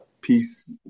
peace